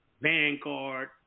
Vanguard